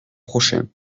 prochain